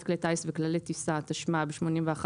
כלי טיס וכללי טיסה) התשמ"ב-1981,